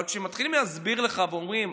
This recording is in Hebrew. אבל כשמתחילים להסביר לך ואומרים: